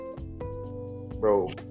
Bro